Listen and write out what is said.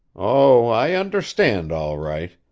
oh, i understand, all right.